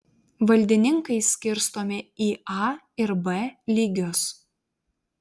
valdininkai skirstomi į a ir b lygius